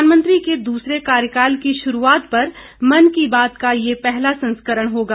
प्रधानमंत्री के दूसरे कार्यकाल की शुरूआत पर मन की बात का यह पहला संस्करण होगा